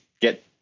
get